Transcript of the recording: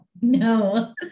no